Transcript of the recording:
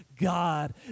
God